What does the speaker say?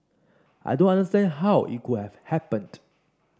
I don't understand how it could have happened